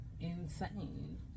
insane